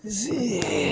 ᱡᱮ